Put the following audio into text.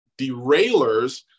derailers